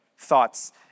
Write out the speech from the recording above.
Thoughts